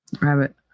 rabbit